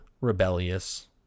rebellious